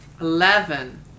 eleven